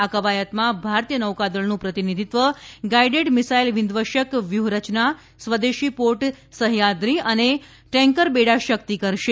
આ કવાયતમાં ભારતીય નૌકાદળનું પ્રતિનિધિત્વ ગાઇડેડ મિસાઇલ વિધ્વંસક વ્યૂહરચના સ્વદેશી પોટ સહ્યાદ્રી અને ટેન્કર બેડા શક્તિ કરશે